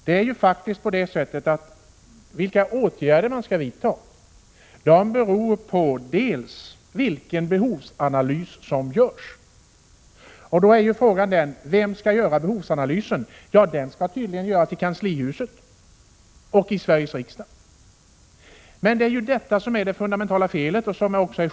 Vilka åtgärder man kommer fram till att man skall vidta beror på vilken behovsanalys som görs. Frågan är då: Vem skall göra behovsanalysen? Den skall tydligen göras i kanslihuset och i Sveriges riksdag! Det är detta som är det fundamentala felet.